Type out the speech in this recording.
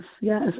yes